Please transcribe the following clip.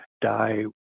die